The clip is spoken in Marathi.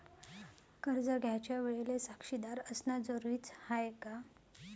कर्ज घ्यायच्या वेळेले साक्षीदार असनं जरुरीच हाय का?